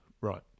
Right